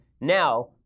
now